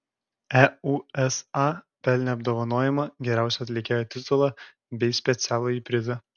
eusa pelnė apdovanojimą geriausio atlikėjo titulą bei specialųjį prizą